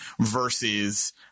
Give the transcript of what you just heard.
versus